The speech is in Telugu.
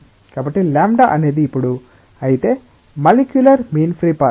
కాబట్టి λ అనేది ఇప్పుడు అయితే మాలిక్యూలర్ మీన్ ఫ్రీ పాత్